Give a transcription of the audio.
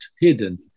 hidden